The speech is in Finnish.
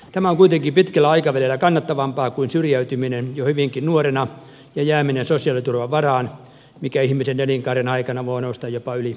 tämä on kuitenkin pitkällä aikavälillä kannattavampaa kuin syrjäytyminen jo hyvinkin nuorena ja jääminen sosiaaliturvan varaan mikä ihmisen elinkaaren aikana voi nousta jopa yli miljoonaan euroon